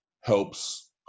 helps